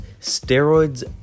steroids